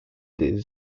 des